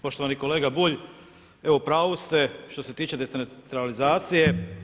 Poštovani kolega Bulj, u pravu ste što se tiče decentralizacije.